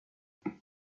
vous